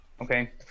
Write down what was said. Okay